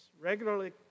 regularly